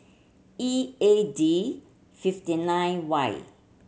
E A D fifty nine Y